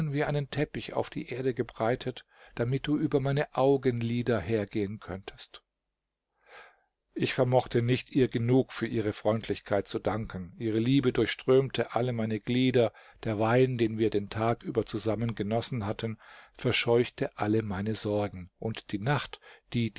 wie einen teppich auf die erde gebreitet damit du über meine augenlider hergehen könntest ich vermochte nicht ihr genug für ihre freundlichkeit zu danken ihre liebe durchströmte alle meine glieder der wein den wir den tag über zusammen genossen hatten verscheuchte alle meine sorgen und die nacht die